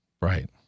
Right